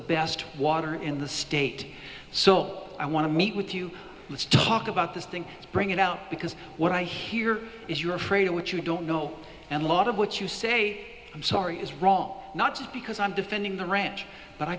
best water in the state so i want to meet with you let's talk about this thing bring it out because what i hear is you're afraid of what you don't know and lot of what you say i'm sorry is wrong not just because i'm defending the ranch but i